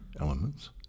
elements